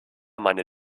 meine